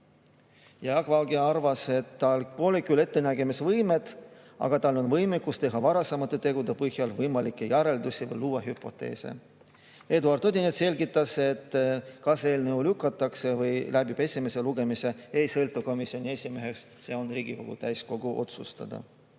Jaak Valge arvas, et tal pole küll ettenägemisvõimet, aga tal on võimekus teha varasemate tegude põhjal võimalikke järeldusi või luua hüpoteese. Eduard Odinets selgitas, et kas eelnõu lükatakse [tagasi] või läbib esimese lugemise, see ei sõltu komisjoni esimehest, see on Riigikogu täiskogu otsustada.